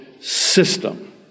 system